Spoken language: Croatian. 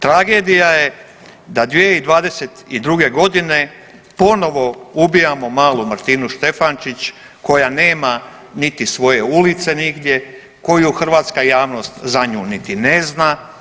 Tragedija je da 2022.g. ponovo ubijamo malu Martinu Štefančić koja nema niti svoje ulice nigdje, koju hrvatska javnost za nju niti ne zna.